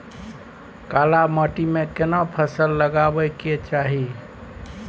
काला माटी में केना फसल लगाबै के चाही?